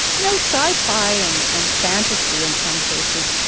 you know, sci-fi and and fantasy in some cases,